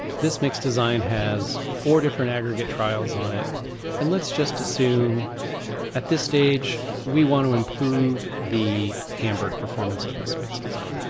this mix design has four different aggregate trials on it and let's just assume at this stage we want to improve the hamburg performance of this mix design.